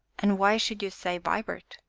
and why should you say vibart?